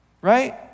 right